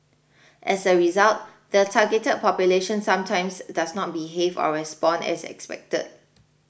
as a result the targeted population sometimes does not behave or respond as expected